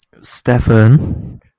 Stefan